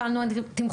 שאלנו על תמחור,